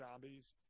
zombies